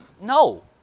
No